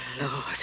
Lord